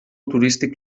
turístic